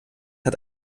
hat